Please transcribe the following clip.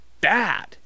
bad